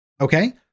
okay